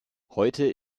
heute